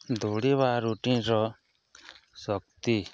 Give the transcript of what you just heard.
ଦୌଡ଼ିବା ରୁଟିନ୍ର ଶକ୍ତି